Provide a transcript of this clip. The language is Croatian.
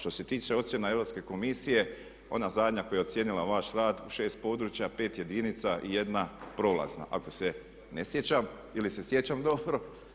To se tiče ocjena Europske komisije, ona zadnja koja je ocijenila vaš rad u 6 područja, pet jedinica i jedna prolazna ako se ne sjećam, ili se sjećam dobro.